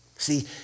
See